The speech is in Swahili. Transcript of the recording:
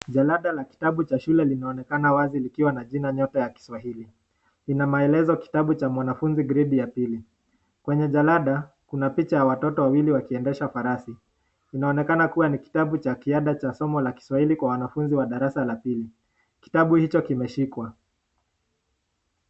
Jalada la kitabu la shule linaonekana wazi likiwa na jina nyota ya kiswahili lina maelezo kitabu cha mwanafunzi gredi ya pili. Kwenye jalada kuna picha ya watoto wakiendesha farasi. Inaonekana kuwa ni kitabu cha kiada cha somo la Kiswahili kwa wanafunzi wa darasa la pili, kitabu hicho kimeshikwa.